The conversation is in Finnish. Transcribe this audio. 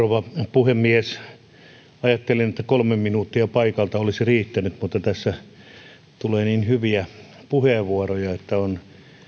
puhemies ajattelin että kolme minuuttia paikalta olisi riittänyt mutta tässä tulee niin hyviä puheenvuoroja että on